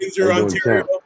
Ontario